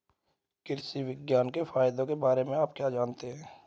कृषि विज्ञान के फायदों के बारे में आप जानते हैं?